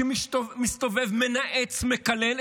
שמסתובב, מנאץ, מקלל.